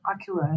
accurate